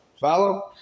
Follow